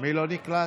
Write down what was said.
מי לא נקלט?